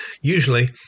usually